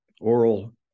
oral